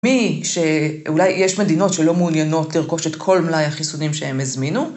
מי ש.. אולי יש מדינות שלא מעוניינות לרכוש את כל מלאי החיסונים שהם הזמינו.